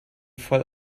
voll